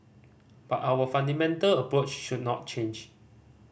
but our fundamental approach should not change